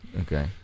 Okay